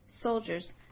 soldiers